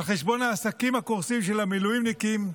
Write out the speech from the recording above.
על חשבון העסקים הקורסים של המילואימניקים.